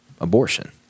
abortion